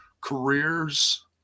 careers